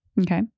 okay